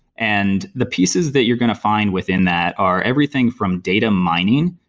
and the pieces that you're going to find within that are everything from data mining.